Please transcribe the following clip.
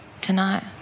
Tonight